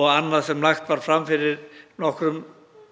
og annað sem lagt var fram fyrir nokkrum